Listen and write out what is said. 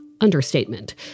understatement